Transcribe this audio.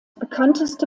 bekannteste